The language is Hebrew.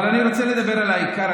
אבל אני רוצה לדבר על העיקר,